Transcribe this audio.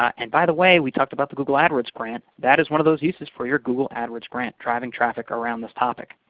and by the way, we talked about the google adwords grant. that is one of those uses for your google adwords grant, driving traffic around this topic.